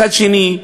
מצד שני,